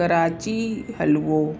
Karachi हलिवो